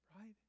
Right